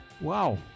Wow